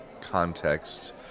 context